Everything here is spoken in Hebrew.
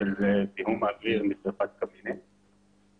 של זיהום אוויר משריפת קמינים,